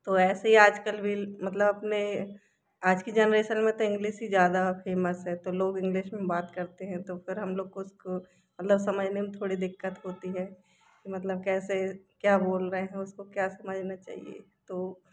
तो ऐसे आजकल भील मतलब अपने आज की जनरेशन में तो इंग्लिश ही ज़्यादा फेमस है तो लोग इंग्लिश में बात करते हैं तो फिर हम लोग को उसको मतलब समझने में थोड़ी दिक्कत होती है मतलब कैसे क्या बोल रहे हो उसको क्या समझना चाहिए तो